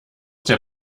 der